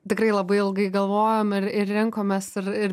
tikrai labai ilgai galvojom ir ir rinkomės ir